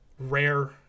rare